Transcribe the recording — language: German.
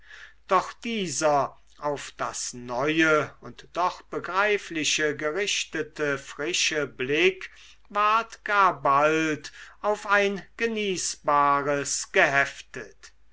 doch dieser auf das neue und doch begreifliche gerichtete frische blick ward gar bald auf ein genießbares geheftet